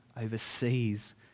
overseas